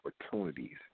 opportunities